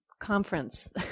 conference